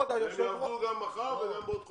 והם יעבדו גם מחר וגם בעוד חודשיים-שלושה.